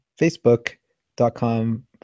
Facebook.com